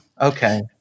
Okay